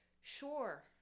Sure